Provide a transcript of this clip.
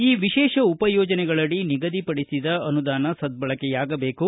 ಈ ವಿಶೇಷ ಉಪಯೋಜನೆಗಳಡಿ ನಿಗದಿಪಡಿಸಿದ ಅನುದಾನ ಸದ್ದಳಕೆಯಾಗಬೇಕು